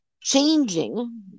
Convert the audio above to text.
changing